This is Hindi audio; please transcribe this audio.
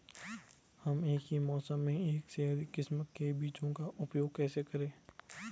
हम एक ही मौसम में एक से अधिक किस्म के बीजों का उपयोग कैसे करेंगे?